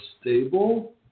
stable